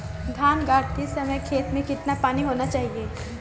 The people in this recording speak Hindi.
धान गाड़ते समय खेत में कितना पानी होना चाहिए?